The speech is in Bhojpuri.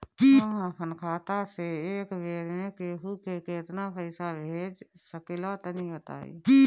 हम आपन खाता से एक बेर मे केंहू के केतना पईसा भेज सकिला तनि बताईं?